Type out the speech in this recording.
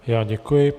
Já děkuji.